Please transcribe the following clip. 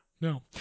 No